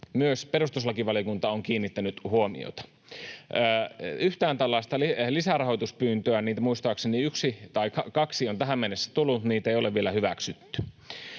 myös perustuslakivaliokunta on kiinnittänyt huomiota. Yhtään tällaista lisärahoituspyyntöä — niitä muistaakseni yksi tai kaksi on tähän mennessä tullut — ei ole vielä hyväksytty.